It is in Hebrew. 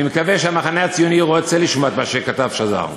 אני מקווה שהמחנה הציוני רוצה לשמוע את מה שכתב שזר,